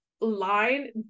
line